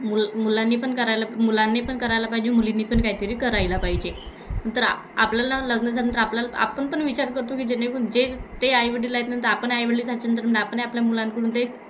मुल मुलांनी पण करायला मुलांनी पण करायला पाहिजे मुलींनी पण काहीतरी करायला पाहिजे नंतर आ आपल्याला लग्न झानंतर आपल्याला आपण पण विचार करतो की जेणेकरून जे ते आईवडील आहेत नंतर आपण आईवडील झाच्या नंतर आपणही आपल्या मुलांकडून ते